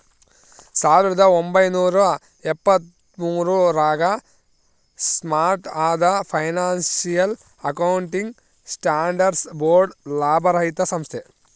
ಸಾವಿರದ ಒಂಬೈನೂರ ಎಪ್ಪತ್ತ್ಮೂರು ರಾಗ ಸ್ಟಾರ್ಟ್ ಆದ ಫೈನಾನ್ಸಿಯಲ್ ಅಕೌಂಟಿಂಗ್ ಸ್ಟ್ಯಾಂಡರ್ಡ್ಸ್ ಬೋರ್ಡ್ ಲಾಭರಹಿತ ಸಂಸ್ಥೆ